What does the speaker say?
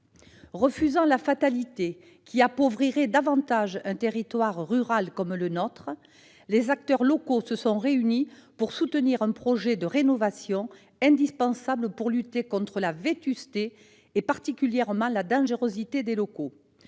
Refusant la fatalité qui appauvrirait davantage un territoire rural comme le nôtre, les acteurs locaux se sont réunis pour soutenir un projet de rénovation indispensable à la lutte contre la vétusté et la dangerosité des locaux.